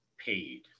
paid